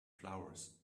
flowers